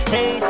Hey